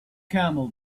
camel